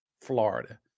Florida